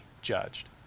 judged